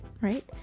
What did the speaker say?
right